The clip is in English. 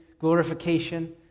glorification